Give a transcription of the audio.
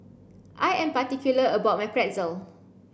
I am particular about my Pretzel